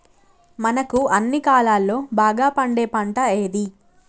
మనకు అన్ని కాలాల్లో బాగా పండే పంట ఏది?